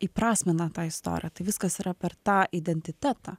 įprasmina tą istoriją tai viskas yra per tą identitetą